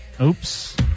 Oops